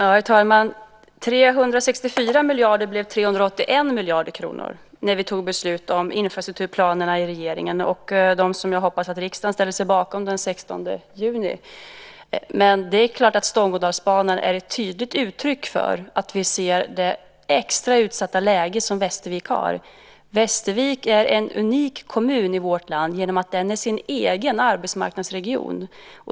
Herr talman! 364 miljarder blev 381 miljarder kronor när vi fattade beslut om infrastrukturplanerna i regeringen. Det är ett beslut som jag hoppas att riksdagen ställer sig bakom den 16 juni. Stångådalsbanan är ett tydligt uttryck för att vi ser det extra utsatta läge som Västervik har. Västervik är en unik kommun i vårt land genom att den är sin egen arbetsmarknadsregion.